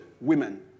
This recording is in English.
women